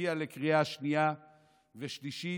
להגיע לקריאה שנייה ושלישית,